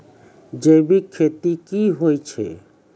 जैविक खेती की होय छै?